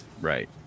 Right